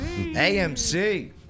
AMC